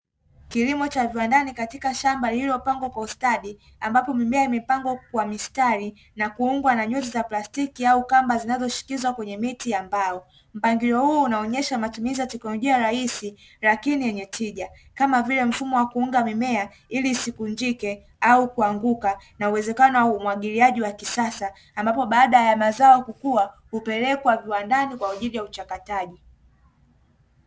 Kilimo cha viwandani katika shamba lililopangwa kwa ustadi, ambapo mimea imepangwa kwa mistari na kuungwa na nyuzi za plastiki au kamba zinazoshikizwa kwenye miti ya mbao; mpangilio wao unaonyesha matumizi ya teknolojia rahisi lakini yenye tija, kama vile mfumo wa kuunga mimea ili zisivunjike au kuanguka, na uwezekano wa umwagiliaji wa kisasa, ambapo baada ya mazao kukua hupelekwa viwandani kwa ajili ya uchakataji.